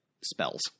spells